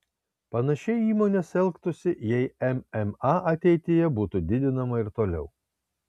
panašiai įmonės elgtųsi jei mma ateityje būtų didinama ir toliau